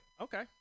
Okay